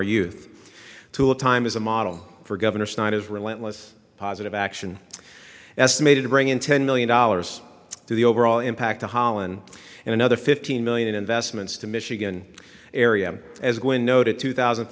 our youth to a time as a model for governor snyder is relentless positive action estimated to bring in ten million dollars to the overall impact of holland and another fifteen million in investments to michigan area as going no to two thousand